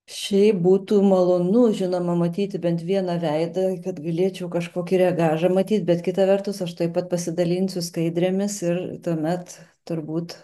šiaip būtų malonu žinoma matyti bent vieną veidą kad galėčiau kažkokį regažą matyt bet kita vertus aš tuoj pat pasidalinsiu skaidrėmis ir tuomet turbūt